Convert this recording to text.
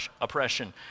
oppression